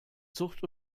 zucht